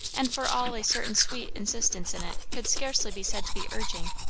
and for all a certain sweet insistence in it could scarcely be said to be urging,